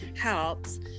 helps